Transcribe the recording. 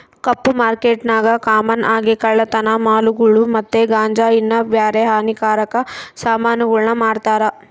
ಕಪ್ಪು ಮಾರ್ಕೆಟ್ನಾಗ ಕಾಮನ್ ಆಗಿ ಕಳ್ಳತನ ಮಾಲುಗುಳು ಮತ್ತೆ ಗಾಂಜಾ ಇನ್ನ ಬ್ಯಾರೆ ಹಾನಿಕಾರಕ ಸಾಮಾನುಗುಳ್ನ ಮಾರ್ತಾರ